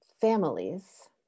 families